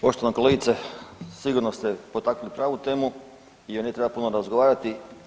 Poštovana kolegice sigurno ste potakli pravu temu gdje ne treba puno razgovarati.